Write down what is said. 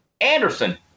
Anderson